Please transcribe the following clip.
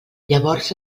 llavors